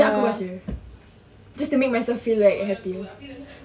then aku baca just to make myself feel like happier